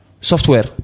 software